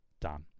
done